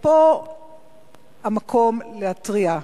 פה המקום להתריע: